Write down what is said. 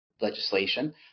legislation